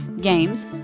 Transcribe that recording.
games